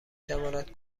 تواند